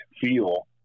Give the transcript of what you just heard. feel